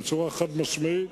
בצורה חד-משמעית.